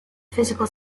physical